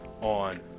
on